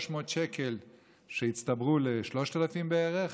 1,300 שקלים שהצטברו ל-3,000 בערך,